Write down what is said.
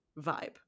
vibe